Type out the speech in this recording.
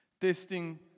testing